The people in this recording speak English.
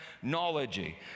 technology